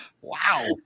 Wow